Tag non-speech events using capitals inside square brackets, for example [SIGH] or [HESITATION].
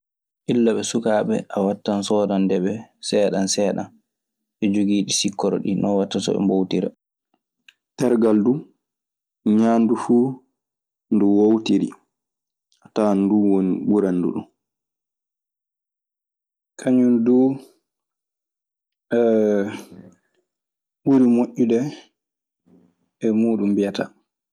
Illa ɓe sukaaɓe a waɗtan soodande ɓe seeɗan seeɗan, e jogiiɗi sikkoro ɗii. Non waɗta so ɓe mboowtira. Tergal duu, ñaandu fuu ndu woowtiri a tawan nduu woni ɓuranndu ɗun. Kañun duu [HESITATION] ɓuri moƴƴude e muuɗun mbiyataa.